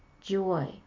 joy